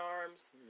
arms